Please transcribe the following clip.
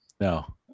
No